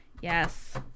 Yes